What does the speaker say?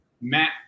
Matt